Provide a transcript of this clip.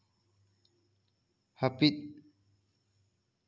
ᱦᱟᱹᱯᱤᱫ